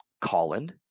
Colin